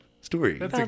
story